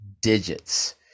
digits